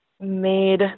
made